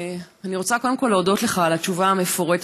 אני רוצה קודם כול להודות לך על התשובה המפורטת.